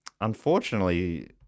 unfortunately